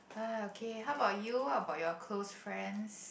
uh okay how about you what about your close friends